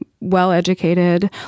well-educated